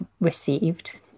received